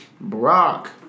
Brock